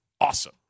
awesome